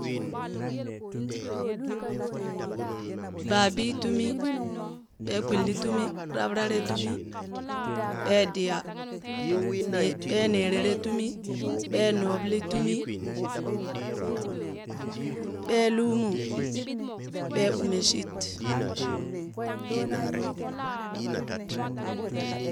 Baabii tumi, Ɓee kwinli tumi, Raɓraree tumi, Ɓee diya, ne Ɓee neerere tumi, Ɓee noɓli tumi, Ɓee lumu, Ɓee umeshit.